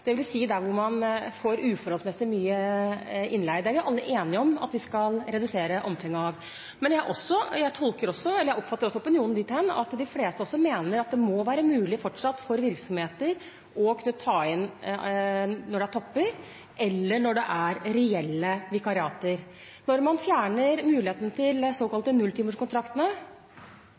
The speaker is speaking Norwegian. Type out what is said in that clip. der hvor man får uforholdsmessig mye innleie. Det er vi alle enige om at vi skal redusere omfanget av. Men jeg oppfatter også opinionen dit hen at de fleste mener det fortsatt må være mulig for virksomheter å kunne ta inn når det er topper, eller når det er reelle vikariater. Når man fjerner mulighetene for de såkalte nulltimerskontraktene,